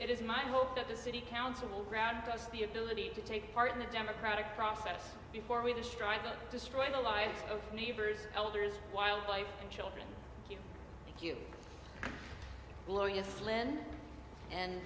it is my hope that the city council will round us the ability to take part in the democratic process before we destroy the destroy the lives of neighbors elders wildlife and children thank you lois len and